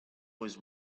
was